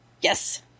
Yes